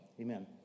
Amen